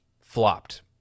Flopped